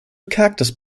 cactus